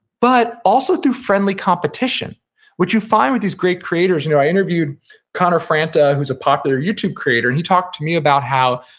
but, also, through friendly competition what you find with these great creators, you know, i interviewed connor franta, who's a popular youtube creator, and he talked to me about how,